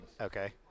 Okay